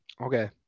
okay